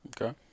Okay